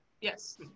Yes